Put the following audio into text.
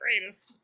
greatest